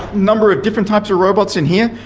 number of different types of robots in here.